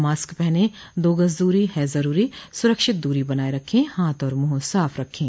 mask पहनें दो गज दूरी है जरूरी सुरक्षित दूरी बनाए रखें हाथ और मुंह साफ रखें